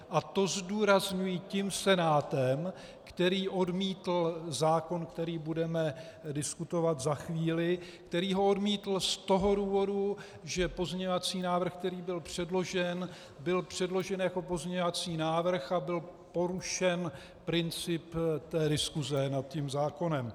A to zdůrazňuji tím Senátem, který odmítl zákon, který budeme diskutovat za chvíli, který ho odmítl z toho důvodu, že pozměňovací návrh, který byl předložen, byl předložen jako pozměňovací návrh a byl porušen princip diskuse nad zákonem.